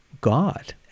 God